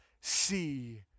See